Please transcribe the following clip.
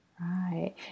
right